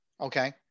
okay